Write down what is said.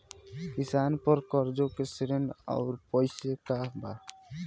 किसान पर क़र्ज़े के श्रेइ आउर पेई के बा?